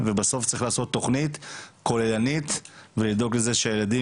ובסוף צריך לעשות תוכנית כוללנית ולדאוג לזה שהילדים